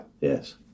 yes